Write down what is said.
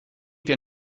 wir